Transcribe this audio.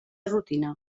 rutina